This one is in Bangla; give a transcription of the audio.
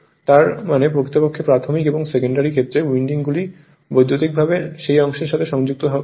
তার মানে প্রকৃতপক্ষে প্রাথমিক এবং সেকেন্ডারিদের ক্ষেত্রে উইন্ডিং গুলি বৈদ্যুতিকভাবে সেই অংশের সাথে সংযুক্ত করা হয়